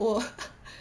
我